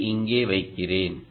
இதை இங்கே வைக்கிறேன்